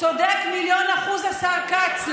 צודק במיליון אחוז השר כץ.